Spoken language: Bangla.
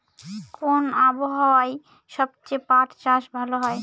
কোন আবহাওয়ায় সবচেয়ে পাট চাষ ভালো হয়?